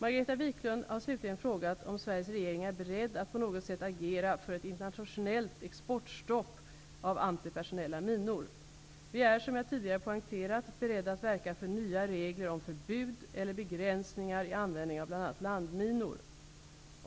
Margareta Viklund har slutligen frågat om Sveriges regering är beredd att på något sätt agera för ett internationellt exportstopp av antipersonella minor. Vi är, som jag tidigare poängterat, beredda att verka för nya regler om förbud eller begränsningar i användningen av bl.a. landminor.